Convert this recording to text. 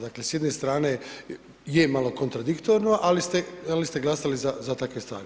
Dakle, s jedne strane je malo kontradiktorno ali ste glasali za takve stvari.